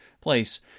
place